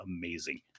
amazing